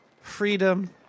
freedom